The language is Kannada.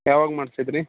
ಯಾವಾಗ ಮಾಡಿಸಿದ್ರಿ